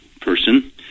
person